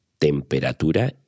temperatura